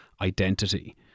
identity